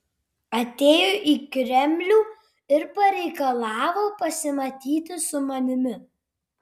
atėjo į kremlių ir pareikalavo pasimatyti su manimi